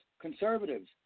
Conservatives